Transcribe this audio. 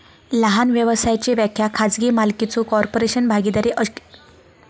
लहान व्यवसायाची व्याख्या खाजगी मालकीचो कॉर्पोरेशन, भागीदारी अशी केली जाता